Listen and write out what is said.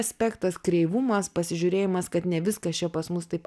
aspektas kreivumas pasižiūrėjimas kad ne viskas čia pas mus taip